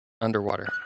underwater